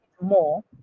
more